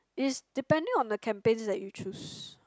it's depending on the campaigns that you choose